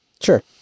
Sure